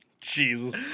Jesus